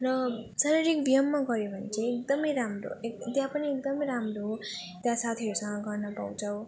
र शारीरिक व्यायाम गऱ्यो भने चाहिँ एकदम राम्रो एकदम त्यहाँ पनि एकदम राम्रो हो त्यहाँ साथीहरूसँग गर्न पाउँछौँ